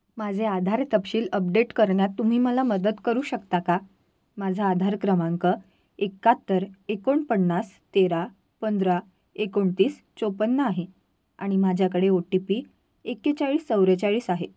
माझे आधार तपशील अपडेट करण्यात तुम्ही मला मदत करू शकता का माझा आधार क्रमांक एकाहत्तर एकोणपन्नास तेरा पंधरा एकोणतीस चोपन्न आहे आणि माझ्याकडे ओ टी पी एकेचाळीस चव्वेचाळीस आहे